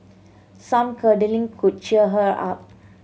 some cuddling could cheer her up